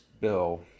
bill